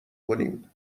کنیم